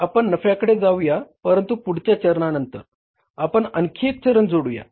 आपण नफ्याकडे जाऊया परंतु पुढच्या चरणानंतर आपण आणखी एक चरण जोडूया